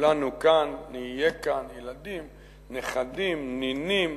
כולנו כאן, נהיה כאן, ילדים, נכדים, נינים,